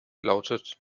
lautet